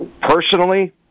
Personally